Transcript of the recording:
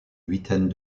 huitaine